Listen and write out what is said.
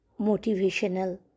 motivational